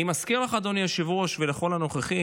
אני מזכיר לך, אדוני היושב-ראש, ולכל הנוכחים,